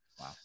wow